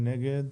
ההסתייגות.